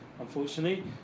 unfortunately